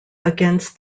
against